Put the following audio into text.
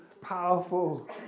powerful